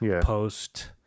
post